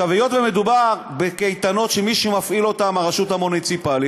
היות שמדובר בקייטנות שמי שמפעיל אותן זו הרשות המוניציפלית,